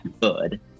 good